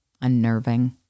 unnerving